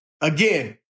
Again